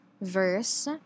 verse